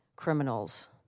criminals